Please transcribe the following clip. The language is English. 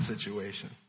situation